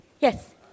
Yes